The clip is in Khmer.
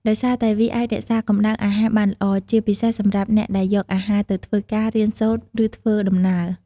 ដោយសារតែវាអាចរក្សាកម្ដៅអាហារបានល្អ ជាពិសេសសម្រាប់អ្នកដែលយកអាហារទៅធ្វើការ រៀនសូត្រ ឬធ្វើដំណើរ។